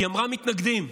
היא אמרה: מתנגדים.